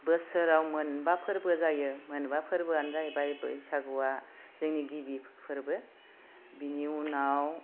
बोसोराव मोनबा फोरबो जायो मोनबा फोरबोआनो जाहैबाय बैसागुवा जोंनि गिबि फोरबो बिनि उनाव